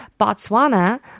Botswana